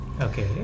Okay